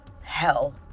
hell